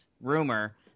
rumor